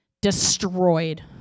destroyed